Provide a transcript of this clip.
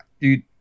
Dude